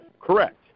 Correct